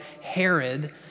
Herod